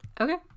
Okay